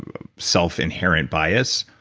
self-inherent bias.